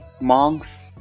monks